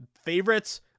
favorites